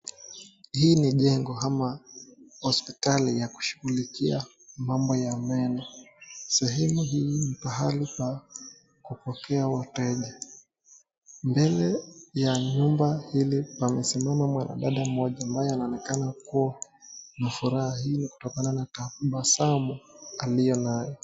Hii ni jengo ama hospitali ya kushughulikia mambo ya meno sehemu hii ni pahali pa kupokea wateja mbele ya nyumba hili amesimama mwana dada mmoja ambaye anaonekana ana furaha na tabasamu aliyo nayo.